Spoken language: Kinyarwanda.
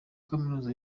kaminuza